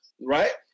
right